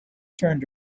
turned